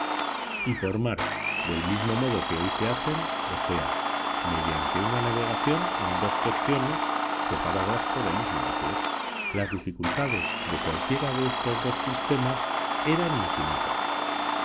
y por mar del mismo modo que hoy se hacen o sea mediante una navegación en dos secciones separadas por el istmo de suez las dificultades de cualquiera de estos dos sistemas eran infinitas